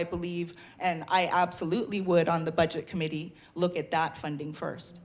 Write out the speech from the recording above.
i believe and i absolutely would on the budget committee look at that funding first